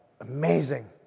amazing